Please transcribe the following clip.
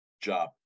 job